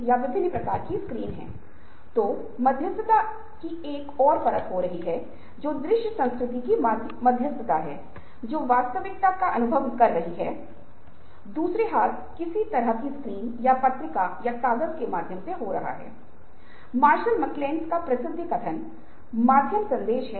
आपका पहला काम जानकारी इकट्ठा करना है फिर प्रारूप सामग्री प्रयोज्य के आधार पर गठन का विश्लेषण करना है